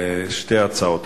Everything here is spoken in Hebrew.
שתי הצעות.